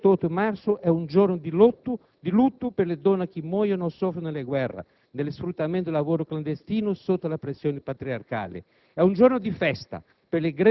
che l'8 marzo è un giorno di lutto per le donne che muoiono o soffrono nelle guerre, nello sfruttamento del lavoro clandestino, sotto la pressione patriarcale. E' un giorno di festa